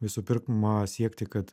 visų pirma siekti kad